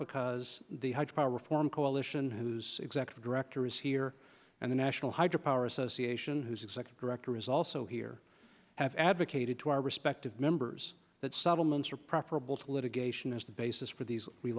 because the hydro reform coalition whose executive director is here and the national hydro power association whose executive director is also here have advocated to our respective members that settlements are preferable to litigation as the basis for these